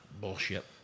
Bullshit